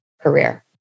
career